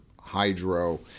hydro